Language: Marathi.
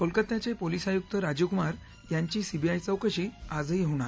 कोलकात्याचे पोलीस आयुक्त राजीव कुमार यांची सीबीआय चौकशी आजही होणार